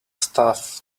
stuff